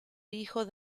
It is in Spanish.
hijo